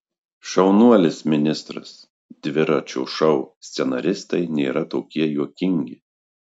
šaunuolis ministras dviračio šou scenaristai nėra tokie juokingi